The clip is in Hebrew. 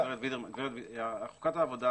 חוקת העבודה